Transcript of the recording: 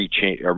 change